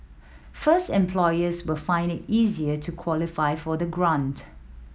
first employers will find it easier to qualify for the grant